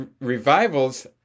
revivals